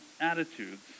attitudes